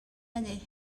ennill